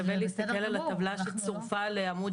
כדאי להסתכל על הטבלה שצורפה לעמוד